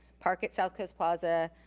park at south coast plaza,